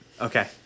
Okay